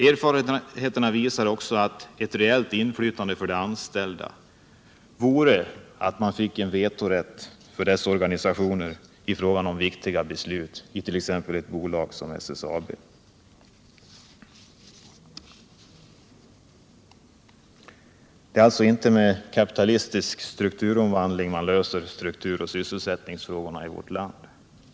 Erfarenheterna visar också att det skulle innebära ett reellt inflytande för de anställda om man fick vetorätt för deras organisationer i fråga om viktiga beslut för t.ex. ett bolag som SSAB. Det är alltså inte med någon kapitalistisk strukturomvandling man löser strukturoch sysselsättningsproblemen i vårt land.